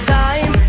time